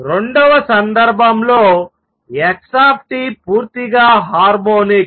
రెండవ సందర్భంలో x పూర్తిగా హార్మోనిక్స్